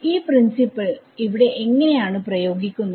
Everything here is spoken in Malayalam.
ഈ പ്രിൻസിപ്പിൾ ഇവിടെ എങ്ങനെ ആണ് പ്രയോഗിക്കുന്നത്